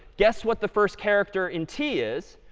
guess what the first character in t is?